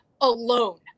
alone